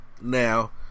Now